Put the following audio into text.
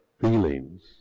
feelings